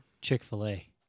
Chick-fil-A